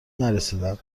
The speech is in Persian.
نرسیدن